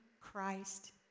Christ